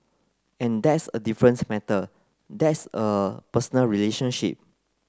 and that's a different matter that's a personal relationship